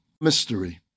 mystery